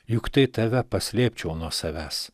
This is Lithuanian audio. juk tai tave paslėpčiau nuo savęs